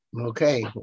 Okay